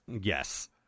Yes